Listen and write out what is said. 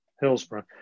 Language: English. hillsborough